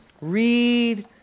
read